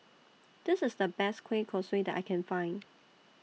This IS The Best Kueh Kosui that I Can Find